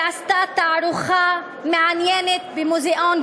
היא עשתה תערוכה מעניינת במוזיאון גוטמן.